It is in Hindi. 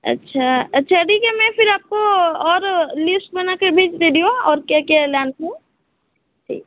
अच्छा अच्छा ठीक है मैं फिर आपको और लिस्ट बनाकर भेज दे रही हूँ औ क्या क्या है ठीक